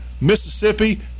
Mississippi